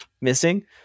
missing